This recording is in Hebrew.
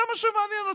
זה מה שמעניין אותו.